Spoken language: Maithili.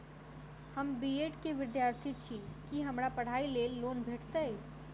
हम बी ऐड केँ विद्यार्थी छी, की हमरा पढ़ाई लेल लोन भेटतय?